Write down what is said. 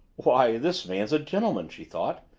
why this man's a gentleman! she thought.